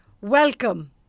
Welcome